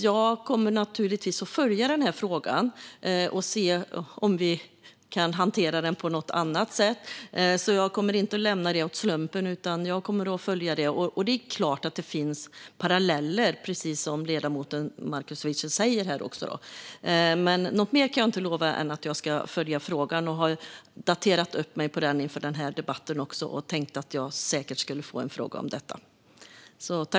Jag kommer naturligtvis att följa den här frågan och se om vi kan hantera den på något annat sätt. Jag kommer inte att lämna detta åt slumpen, utan att jag kommer att följa det. Det är klart att det finns paralleller, precis som ledamoten Markus Wiechel sa, men jag kan inte lova något mer än att jag ska följa frågan. Jag har uppdaterat mig på den inför den här debatten; jag tänkte att jag säkert skulle få en fråga om detta.